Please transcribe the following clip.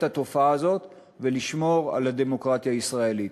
התופעה הזאת ולשמור על הדמוקרטיה הישראלית.